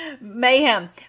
mayhem